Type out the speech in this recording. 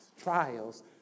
Trials